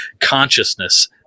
consciousness